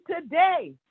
today